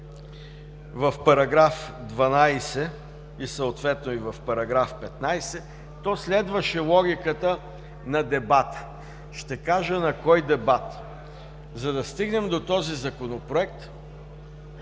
в § 12, съответно и в § 15, то следваше логиката на дебата. Ще кажа на кой дебат. За да стигнем до този Законопроект